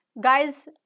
guys